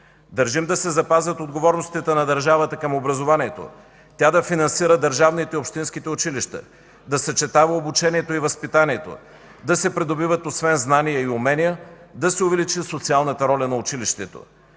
Държим да се запазят отговорностите на държавата към образованието – тя да финансира държавните и общинските училища; да съчетава обучението и възпитанието; да се придобиват, освен знания, и умения; да се увеличи социалната роля на училището.